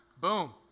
Boom